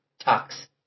talks